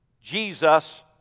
Jesus